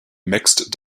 mixed